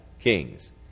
kings